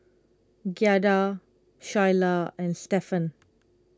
Giada Shyla and Stephan